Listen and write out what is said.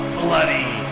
bloody